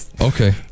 Okay